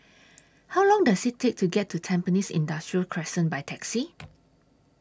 How Long Does IT Take to get to Tampines Industrial Crescent By Taxi